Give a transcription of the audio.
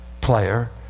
player